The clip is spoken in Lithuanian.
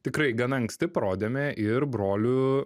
tikrai gana anksti parodėme ir brolių